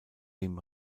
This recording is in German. dem